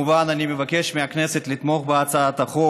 לא מכובד שאני צריכה להעיר לך.